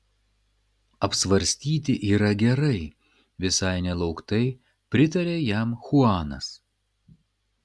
apsvarstyti yra gerai visai nelauktai pritarė jam chuanas